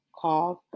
called